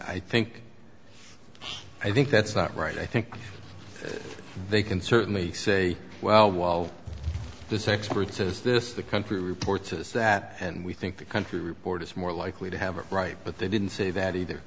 i think i think that's not right i think they can certainly say well while this expert says this the country report says that and we think the country report is more likely to have a right but they didn't say that either